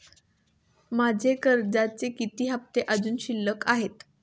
माझे कर्जाचे किती हफ्ते अजुन शिल्लक आहेत?